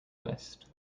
west